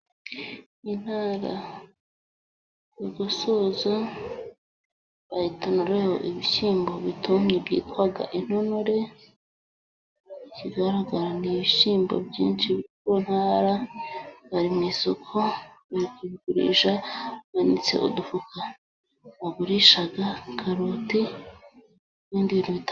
Intara bagosoza, bayitonoreraho ibishyimbo bitumye byitwa intonore, ikigaragara ni ibishyimbo byinshi biri ku ntara, bari mu isoko, bari kubigurisha, bananitse udufuka bagurisha, karoti n'ibindi bintu bitandukanye.